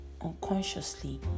unconsciously